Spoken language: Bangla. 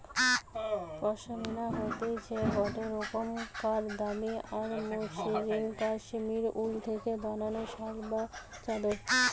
পশমিনা হতিছে গটে রোকমকার দামি আর মসৃন কাশ্মীরি উল থেকে বানানো শাল বা চাদর